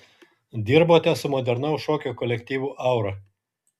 dirbote su modernaus šokio kolektyvu aura